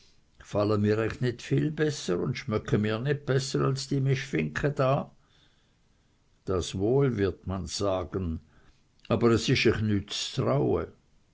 mir ech nit viel besser und schmöcke mir nit besser als die mistfinken da das wohl wird man sagen aber es isch